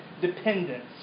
dependence